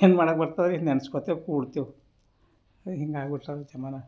ಏನು ಮಾಡಕ್ಕೆ ಬರ್ತದೆ ರೀ ನೆನೆಸ್ಕೋತಿವ್ ಕೂಡ್ತೆವು ಅದೆ ಹೀಗ್ ಆಗ್ಬಿಟ್ಟಿದೆ ಜಮಾನ